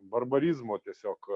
barbarizmo tiesiog